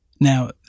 Now